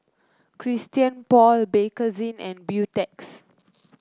Christian Paul Bakerzin and Beautex